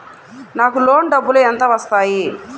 నాకు లోన్ డబ్బులు ఎంత వస్తాయి?